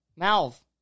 Malv